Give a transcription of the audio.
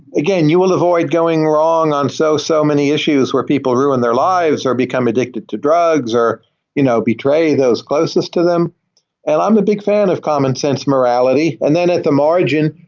again, you will avoid going wrong on so, so many issues where people ruin their lives or become addicted to drugs or you know betray those closest to them, and i'm a big fan of common sense morality. and then at the margin,